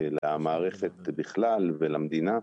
למערכת בכלל ולמדינה.